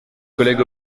collèges